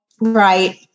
Right